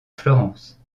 florence